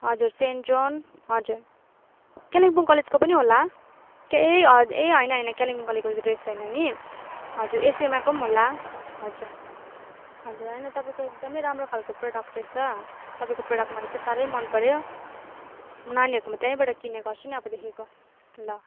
हजुर saint John हजुर कालिम्पोङ कलेजको पनि होला ए ह ए होइन होइन कालिम्पोङ कलेजको ड्रेस छैन नि हजुर एसयुएमआईको पनि होला हजुर हजुर होइन तपाईँको एकदमै राम्रो खालको प्रोडक्ट रहेछ तपाईँको प्रोडक्ट मलाईँ चाहिँ साह्रै मन पऱ्यो नानीहरूको म त्यहीँबाट किन्ने गर्छु नि अबदेखिको ल